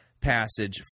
passage